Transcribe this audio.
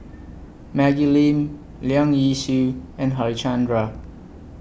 Maggie Lim Leong Yee Soo and Harichandra